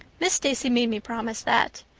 miss stacy made me promise that.